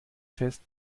fest